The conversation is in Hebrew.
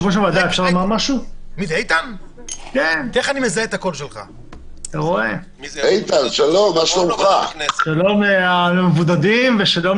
אני רוצה לומר שההבדל בין חולה סרטן וחולה דיאליזה לחולה